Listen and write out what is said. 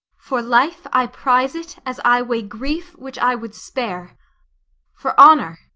for life, i prize it as i weigh grief, which i would spare for honour,